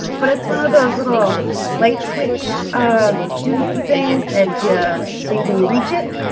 but it's one of those little light switch doohickey things that yeah so you can reach it